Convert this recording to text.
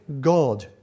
God